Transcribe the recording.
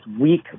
weak